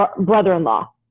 brother-in-law